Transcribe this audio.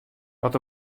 wat